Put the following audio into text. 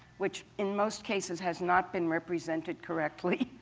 which in most cases has not been represented correctly